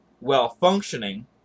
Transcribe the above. well-functioning